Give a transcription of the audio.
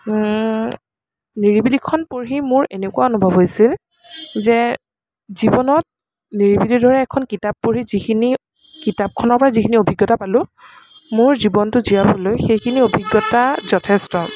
নিৰিবিলিখন পঢ়ি মোৰ এনেকুৱা অনুভৱ হৈছিল যে জীৱনত নিৰিবিলিৰ দৰে এখন কিতাপ পঢ়ি যিখিনি কিতাপখনৰ পৰা যিখিনি অভিজ্ঞতা পালো মোৰ জীৱনটো জীয়াবলৈ সেইখিনি অভিজ্ঞতা যথেষ্ট